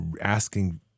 asking